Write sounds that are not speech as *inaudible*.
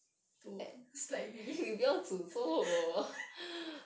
to slightly *laughs*